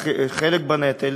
חלק בנטל,